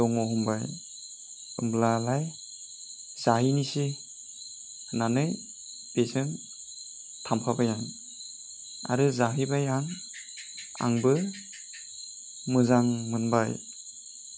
दङ होनबाय होमब्लालाय जाहैनोसै होन्नानै बिसोर थांफाबाय आं आरो जाहैबाय आं आंबो मोजां मोनबाय